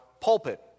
pulpit